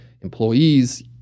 employees